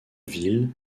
ville